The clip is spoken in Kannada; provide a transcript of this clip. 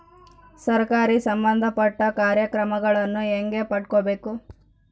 ಸರಕಾರಿ ಸಂಬಂಧಪಟ್ಟ ಕಾರ್ಯಕ್ರಮಗಳನ್ನು ಹೆಂಗ ಪಡ್ಕೊಬೇಕು?